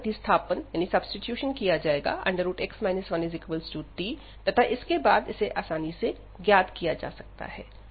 इसमें प्रतिस्थापन किया जाएगा x 1t तथा इसके बाद इसे आसानी से ज्ञात किया जा सकता है